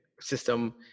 system